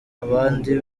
abandi